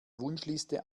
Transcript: wunschliste